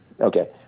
Okay